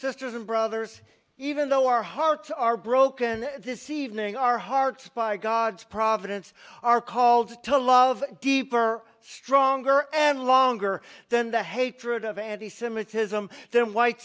sisters and brothers even though our hearts are broken this evening our hearts by god's providence are called to love deeper stronger and longer than the hatred of anti semitism than white